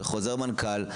בחוזר מנכ"ל,